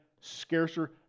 scarcer